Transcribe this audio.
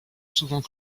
souvent